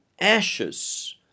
ashes